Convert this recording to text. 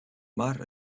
maar